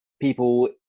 people